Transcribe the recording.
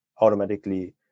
automatically